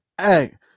Hey